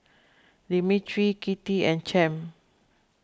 Demetri Kitty and Champ